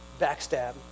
backstab